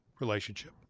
relationship